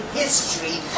history